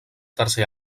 tercer